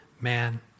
man